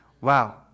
Wow